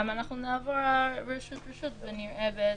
נעבור רשות רשות ונראה את